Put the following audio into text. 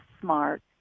smart